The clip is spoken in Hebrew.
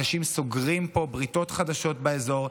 אנשים סוגרים פה בריתות חדשות באזור.